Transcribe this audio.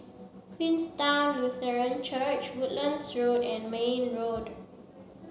Queenstown Lutheran Church Woodlands Road and Mayne Road